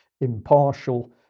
impartial